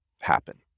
happen